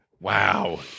Wow